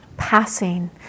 passing